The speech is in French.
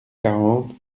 quarante